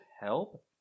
help